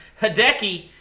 Hideki